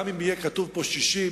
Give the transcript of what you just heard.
גם אם יהיה כתוב פה 60,